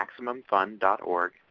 MaximumFun.org